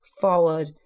forward